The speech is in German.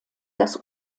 das